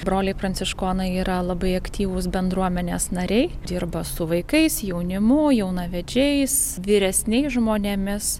broliai pranciškonai yra labai aktyvūs bendruomenės nariai dirba su vaikais jaunimu jaunavedžiais vyresniais žmonėmis